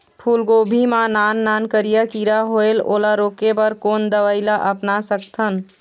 फूलगोभी मा नान नान करिया किरा होयेल ओला रोके बर कोन दवई ला अपना सकथन?